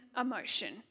emotion